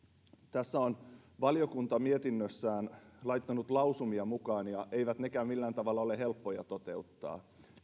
valiokunta on mietinnössään laittanut lausumia mukaan ja eivät nekään ole millään tavalla helppoja toteuttaa